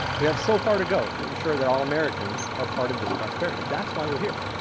we have so far to go to ensure that all americans are part of this prosperity. that's why we're here.